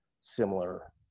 similar